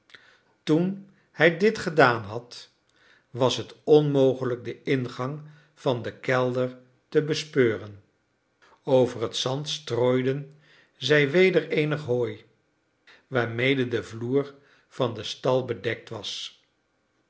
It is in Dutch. toen hij dit gedaan had was het onmogelijk den ingang van den kelder te bespeuren over het zand strooiden zij weder eenig hooi waarmede de vloer van den stal bedekt was